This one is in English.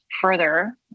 further